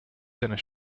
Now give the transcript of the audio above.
dinner